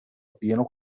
appieno